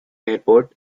airport